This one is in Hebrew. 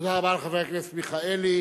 תודה רבה לחבר הכנסת מיכאלי.